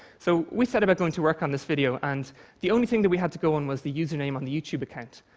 so we set about going to work on this video, and the only thing that we had to go on was the username on the youtube account.